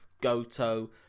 Goto